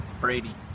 Brady